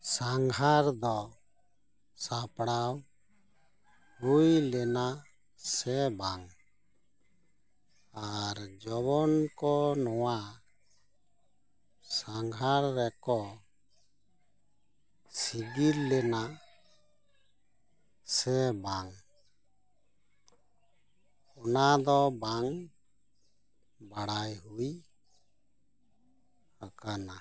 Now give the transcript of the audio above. ᱥᱟᱸᱜᱷᱟᱨ ᱫᱚ ᱥᱟᱯᱲᱟᱣ ᱦᱩᱭ ᱞᱮᱱᱟ ᱥᱮ ᱵᱟᱝ ᱟᱨ ᱡᱩᱣᱟᱹᱱ ᱠᱚ ᱱᱚᱣᱟ ᱥᱟᱸᱜᱷᱟᱨ ᱨᱮᱠᱚ ᱥᱤᱜᱤᱞ ᱞᱮᱱᱟ ᱥᱮ ᱵᱟᱝ ᱚᱱᱟᱫᱚ ᱵᱟᱝ ᱵᱟᱰᱟᱭ ᱦᱩᱭ ᱟᱠᱟᱱᱟ